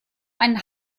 einen